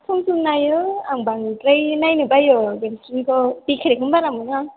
सम सम नायो आं बांद्राय नायनो बायो गेमस्रिनिखौ देखायनायखौनो बारा मोनो आं